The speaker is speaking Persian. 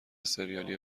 ســریالی